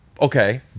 Okay